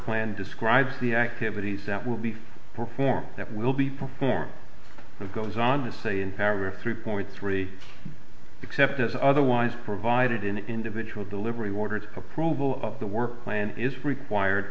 plan describes the activities that will be performed that will be performed and goes on to say in paragraph three point three except as otherwise provided in individual delivery orders approval of the work plan is required